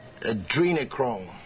Adrenochrome